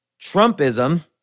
Trumpism